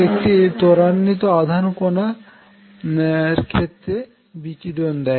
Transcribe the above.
একটি ত্বরান্বিত আধান যেকোনো খেরে বিকিরণ দেয়